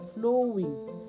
flowing